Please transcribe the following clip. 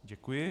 Děkuji.